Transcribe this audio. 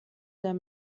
der